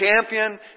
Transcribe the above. champion